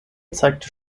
zeigte